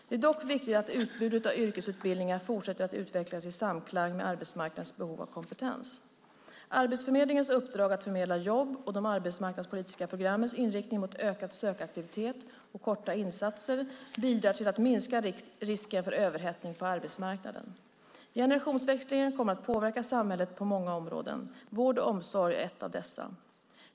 Det är dock viktigt att utbudet av yrkesutbildningar fortsätter att utvecklas i samklang med arbetsmarknadens behov av kompetens. Arbetsförmedlingens uppdrag att förmedla jobb och de arbetsmarknadspolitiska programmens inriktning mot ökad sökaktivitet och korta insatser bidrar till att minska risken för överhettning på arbetsmarknaden. Generationsväxlingen kommer att påverka samhället på många områden - vård och omsorg är ett av dessa.